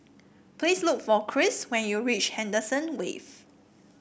please look for Chris when you reach Henderson Wave